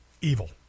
Evil